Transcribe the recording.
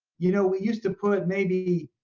you know we used to put maybe